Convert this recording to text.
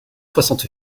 soixante